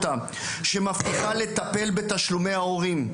שמבטיחה לטפל בתשלומי ההורים,